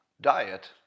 diet